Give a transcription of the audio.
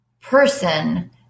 person